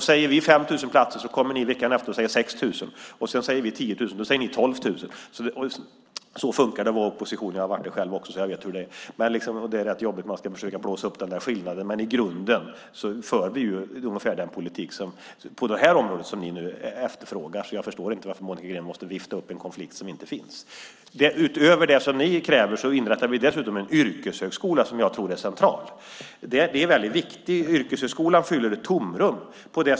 Säger vi 5 000 platser, kommer ni veckan efter att säga 6 000. Sedan säger vi 10 000 ni säger 12 000. Så funkar det att vara i opposition. Jag har varit där också, så jag vet hur det är. Det är rätt jobbigt, man ska försöka blåsa upp skillnaden, men i grunden för vi den politik på det här området som ni efterfrågar. Jag förstår inte varför Monica Green måste vifta fram en konflikt som inte finns. Utöver det som ni kräver inrättar vi en yrkeshögskola, som jag tror är central. Det är väldigt viktigt. En yrkeshögskola fyller ett tomrum.